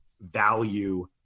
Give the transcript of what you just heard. value